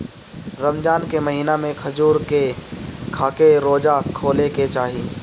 रमजान के महिना में खजूर के खाके रोज़ा खोले के चाही